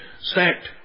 stacked